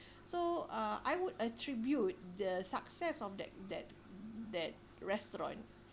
so uh I would attribute the success of that that that restaurant